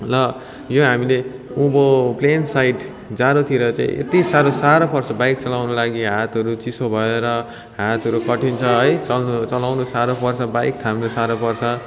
ल यो हामीले उँभो प्लेन साइड जाडोतिर चाहिँ यति साह्रो साह्रो पर्छ बाइक चलाउनको लागि हातहरू चिसो भएर हातहरू कठिन्छ है चलाउनु साह्रो पर्छ बाइक थाम्नु साह्रो पर्छ